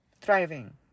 thriving